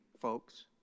folks